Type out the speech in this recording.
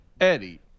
Eddie